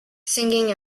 singing